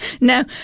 no